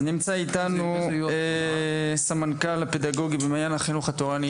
אז נמצא איתנו סמנכ"ל הפדגוגי במעיין החינוך התורני,